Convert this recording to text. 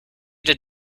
did